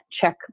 Check